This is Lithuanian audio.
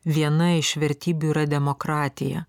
viena iš vertybių yra demokratija